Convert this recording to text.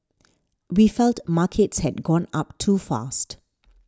we felt markets had gone up too fast